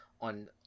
on